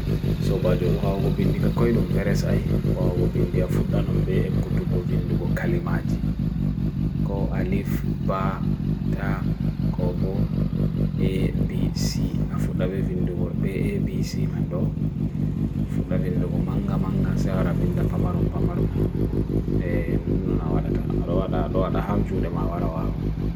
So bajo hua ua gu bindi ka koe i dun verus ay. Hua ua gu bindi a futla nun bey ek kut gu bindi gu Calimajirrrrej. Ko Alef, Bar, Ta, Komo, ABC a futla be bindi gu bay ABC kin do. A futla be bindi gu mangha mangha segharabinda pamarum pamarum. Hehe nunaa watata..adoha da adoha da hav du demwa watafu haan.